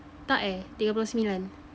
tak eh tiga puluh sembilan